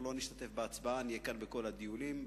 דגימת מזון יש לי לדבר פה,